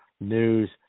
News